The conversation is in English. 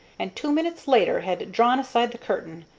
and two minutes later had drawn aside the curtain,